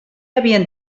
havien